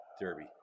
derby